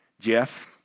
Jeff